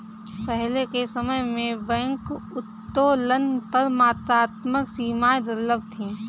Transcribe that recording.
पहले के समय में बैंक उत्तोलन पर मात्रात्मक सीमाएं दुर्लभ थीं